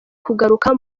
kugaruka